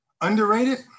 Underrated